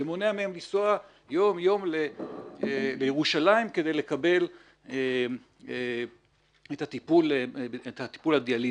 ומונע מהם לנסוע יום-יום לירושלים כדי לקבל את הטיפול הדיאליזי.